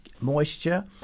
moisture